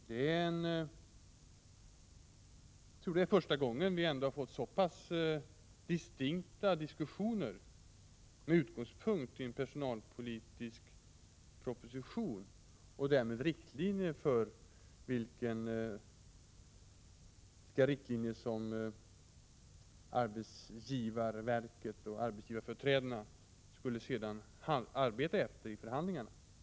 Det är nog första gången vi har fört så pass distinkta diskussioner med utgångspunkt i en personalpolitisk proposition och därmed också fått riktlinjer som arbetsgivarverket och arbetsgivarföreträdarna sedan kunnat arbeta efter under förhandlingarna.